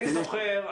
אני זוכר,